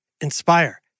inspire